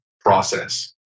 process